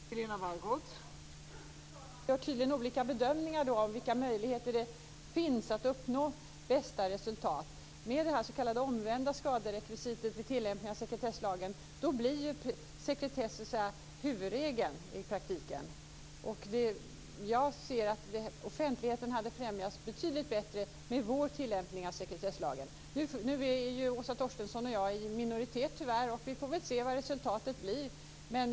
Fru talman! Vi gör tydligen olika bedömningar av vilka möjligheter det finns att uppnå bästa resultat. Med det s.k. omvända skaderekvisitet vid tillämpningen av sekretesslagen blir sekretess i praktiken huvudregeln. Jag ser att offentligheten hade främjats betydligt bättre med vår tillämpning av sekretesslagen. Åsa Torstensson och jag är ju tyvärr i minoritet, och vi får väl se vilket resultatet blir.